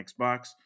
Xbox